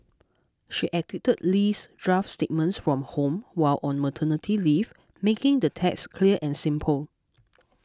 she edited Lee's draft statements from home while on maternity leave making the text clear and simple